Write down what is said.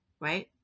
right